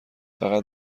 فقط